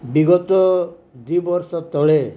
ବିଗତ ଦୁଇବର୍ଷ ତଳେ